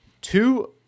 Two